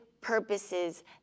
purposes